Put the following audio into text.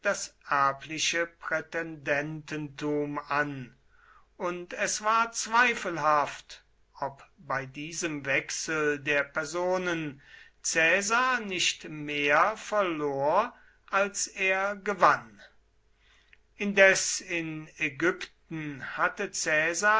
das erbliche prätendententum an und es war sehr zweifelhaft ob bei diesem wechsel der personen caesar nicht mehr verlor als er gewann indes in ägypten hatte caesar